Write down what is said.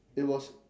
it was